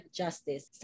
justice